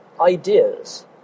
ideas